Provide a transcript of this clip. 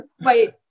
Wait